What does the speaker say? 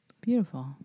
Beautiful